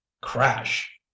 crash